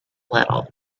little